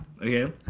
Okay